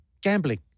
gambling